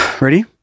Ready